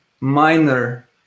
minor